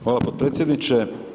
Hvala potpredsjedniče.